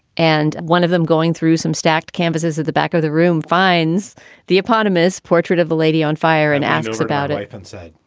and one of them going through some stacked campuses at the back of the room finds the eponymous portrait of a lady on fire and asks about a f and said